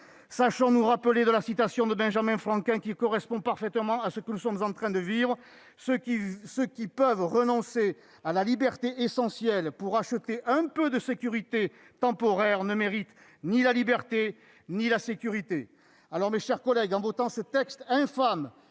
Sachons nous rappeler la citation de Benjamin Franklin, qui correspond parfaitement à ce que nous sommes en train de vivre :« Ceux qui peuvent renoncer à la liberté essentielle pour acheter un peu de sécurité temporaire ne méritent ni la liberté ni la sécurité. » Mes chers collègues, en votant ce texte infâme,